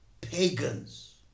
pagans